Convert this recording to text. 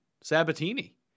Sabatini